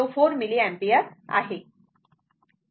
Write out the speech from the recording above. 04 milliampere 1